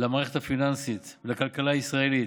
למערכת הפיננסית, לכלכלה הישראלית,